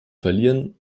verlieren